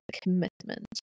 commitment